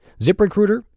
ZipRecruiter